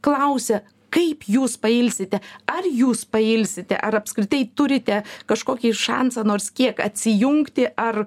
klausia kaip jūs pailsite ar jūs pailsite ar apskritai turite kažkokį šansą nors kiek atsijungti ar